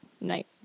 night